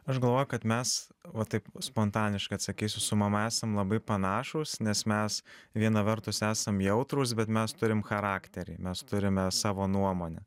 aš galvoju kad mes va taip spontaniškai atsakysiu su mama esam labai panašūs nes mes viena vertus esam jautrūs bet mes turim charakterį mes turime savo nuomonę